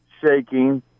shaking